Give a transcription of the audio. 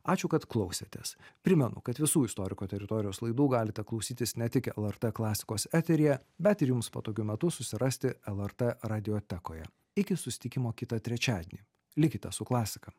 ačiū kad klausėtės primenu kad visų istoriko teritorijos laidų galite klausytis ne tik lrt klasikos eteryje bet ir jums patogiu metu susirasti lrt radiotekoje iki susitikimo kitą trečiadienį likite su klasika